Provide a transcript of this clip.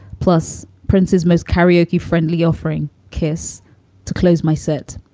plus prince's most karaoke friendly offering kiss to close my sit.